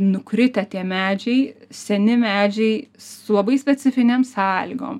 nukritę tie medžiai seni medžiai su labai specifinėm sąlygom